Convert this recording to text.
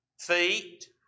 feet